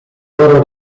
loro